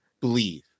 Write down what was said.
believe